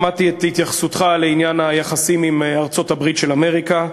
שמעתי את התייחסותך לעניין היחסים עם ארצות-הברית של אמריקה.